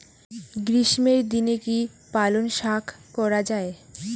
গ্রীষ্মের দিনে কি পালন শাখ করা য়ায়?